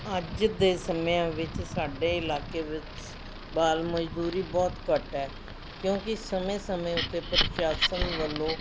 ਅੱਜ ਦੇ ਸਮਿਆਂ ਵਿੱਚ ਸਾਡੇ ਇਲਾਕੇ ਵਿੱਚ ਬਾਲ ਮਜ਼ਦੂਰੀ ਬਹੁਤ ਘੱਟ ਹੈ ਕਿਉਂਕਿ ਸਮੇਂ ਸਮੇਂ ਉੱਤੇ ਪ੍ਰਸ਼ਾਸਨ ਵੱਲੋਂ